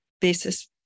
basis